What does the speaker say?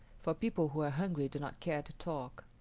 for people who are hungry do not care to talk.